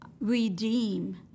redeem